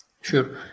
Sure